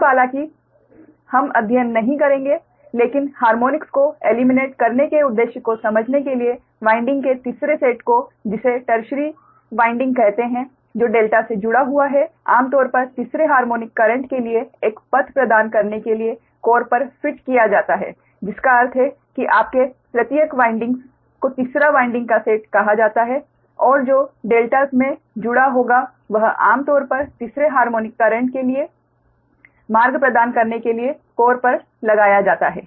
अब हालांकि हम अध्ययन नहीं करेंगे लेकिन हार्मोनिक्स को एलिमिनेट करने के उद्देश्य को समझने के लिये वाइंडिंग के तीसरे सेट को जिसे टर्शियरी वाइंडिंग कहते है जो डेल्टा मे जुड़ा हुआ है आमतौर पर तीसरे हार्मोनिक करेंट के लिए एक पथ प्रदान करने के लिए कोर पर फिट किया जाता है जिसका अर्थ है की आपके तृतीयक वाइंडिंग्स को तीसरा वाइंडिंग का सेट कहा जाता है और जो डेल्टा मे जुड़ा होगा वह आम तौर पर तीसरे हार्मोनिक करेंट के लिए मार्ग प्रदान करने के लिए कोर पर लगाया जाता है